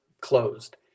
closed